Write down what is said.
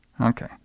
Okay